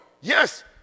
yes